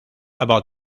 about